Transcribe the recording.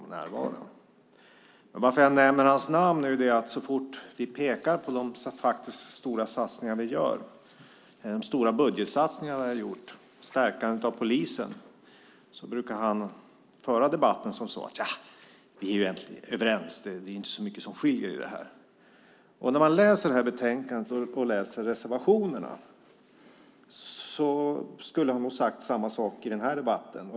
Anledningen till att jag nämner Bodström är att han så fort vi pekar på våra stora satsningar, på de stora budgetsatsningar som vi gjort för att stärka polisen, brukar föra debatten genom att säga: Ja, vi är egentligen överens. Det är inte så mycket som skiljer här. När det gäller betänkandet och reservationerna skulle han nog uttrycka sig på samma sätt i den här debatten.